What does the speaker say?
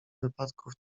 wypadków